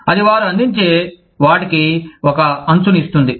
అది వారు అందించే వాటికి ఒక అంచుని ఇస్తుంది